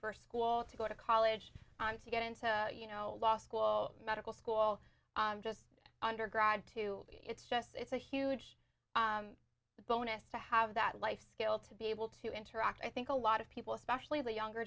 first school to go to college on to get into you know law school medical school just undergrad too it's just it's a huge bonus to have that life skill to be able to interact i think a lot of people especially the younger